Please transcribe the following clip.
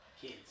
Kids